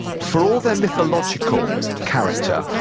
for all their mythological character,